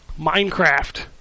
Minecraft